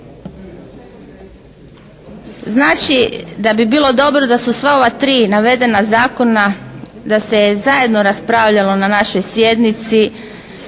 Znači, da bi bilo dobro da su sva ova tri navedena zakona, da se zajedno raspravljalo na našoj sjednici,